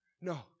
No